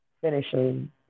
Finishing